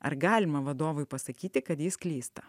ar galima vadovui pasakyti kad jis klysta